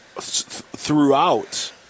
Throughout